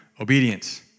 obedience